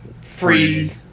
free